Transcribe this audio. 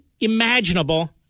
imaginable